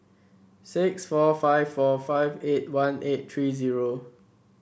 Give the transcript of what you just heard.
six four five four five eight one eight three zero